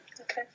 Okay